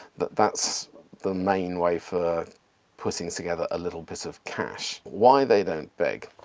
but that's the main way for putting together a little bit of cash. why they don't beg?